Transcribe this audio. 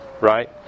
right